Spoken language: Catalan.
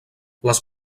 les